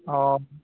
অঁ